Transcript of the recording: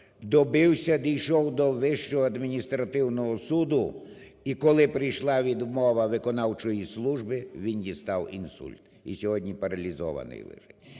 добився, дійшов до Вищого адміністративного суду, і коли прийшла відмова виконавчої служби він дістав інсульт і сьогодні паралізований лежить.